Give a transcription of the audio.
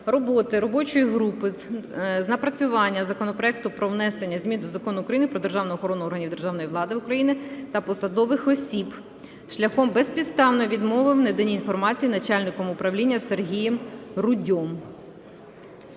роботи робочої групи з напрацювання законопроекту про внесення змін до Закону України "Про державну охорону органів державної влади України та посадових осіб" шляхом безпідставної відмови в наданні інформації начальником Управління Сергієм Рудьом.